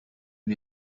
com